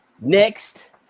next